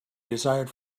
desired